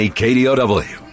kdow